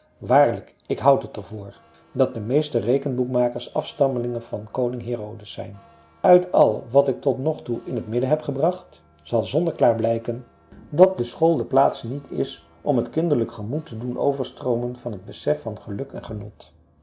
waarlijk ik houd het er voor dat de meeste rekenboekmakers afstammelingen van koning herodes zijn uit al wat ik tot nog toe in het midden heb gebracht zal zonneklaar blijken dat de school de plaats niet is om het kinderlijk gemoed te doen overstroomen van het besef van geluk en genot